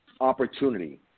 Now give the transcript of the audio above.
opportunity